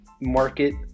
market